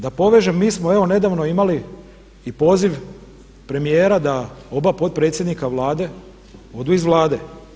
Da povežem, mi smo evo nedavno imali i poziv premijera da oba potpredsjednika Vlade odu iz Vlade.